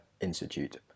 Institute